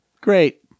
Great